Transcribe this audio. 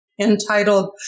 entitled